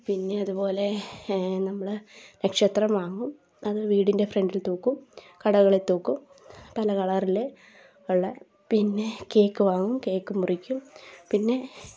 പിന്നെ അതുപോലെ നമ്മൾ നക്ഷത്രം വാങ്ങും വീടിൻ്റെ ഫ്രണ്ടിൽ തൂക്കും കടകളിൽ തൂക്കും പല കളറിൽ ഉള്ള പിന്നെ കേക്ക് വാങ്ങും കേക്ക് മുറിക്കും പിന്നെ